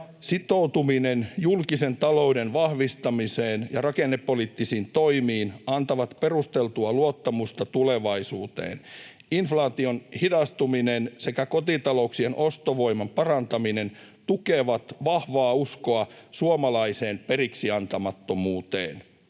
Sitoutuminen julkisen talouden vahvistamiseen ja rakennepoliittisiin toimiin antaa perusteltua luottamusta tulevaisuuteen. Inflaation hidastuminen sekä kotitalouksien ostovoiman parantaminen tukevat vahvaa uskoa suomalaiseen periksiantamattomuuteen.